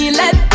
let